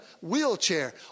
wheelchair